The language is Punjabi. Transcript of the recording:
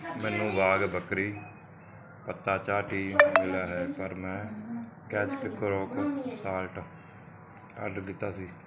ਮੈਨੂੰ ਵਾਘ ਬੱਕਰੀ ਪੱਤਾ ਚਾਹ ਟੀ ਮਿਲਿਆ ਹੈ ਪਰ ਮੈਂ Catch pink rock salt order ਕੀਤਾ ਸੀ